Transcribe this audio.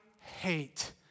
hate